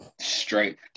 straight